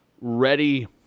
ready